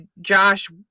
Josh